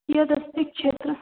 यद् अस्ति क्षेत्रम्